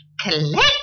collect